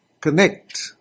connect